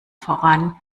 voran